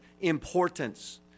importance